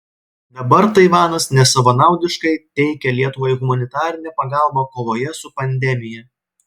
dabar taivanas nesavanaudiškai teikia lietuvai humanitarinę pagalbą kovoje su pandemija